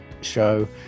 show